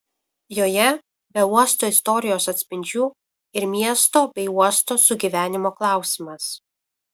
joje be uosto istorijos atspindžių ir miesto bei uosto sugyvenimo klausimas